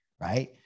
right